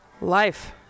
Life